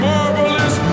Marvelous